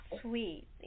sweet